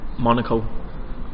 Monaco